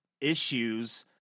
issues